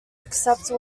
except